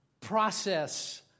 process